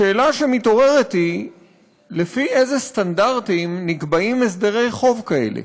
השאלה המתעוררת היא לפי אילו סטנדרטים נקבעים הסדרי חוב כאלה: